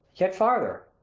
yet farther,